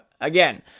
again